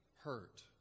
hurt